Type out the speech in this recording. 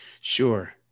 Sure